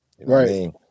right